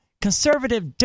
Conservative